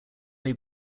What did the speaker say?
may